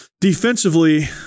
defensively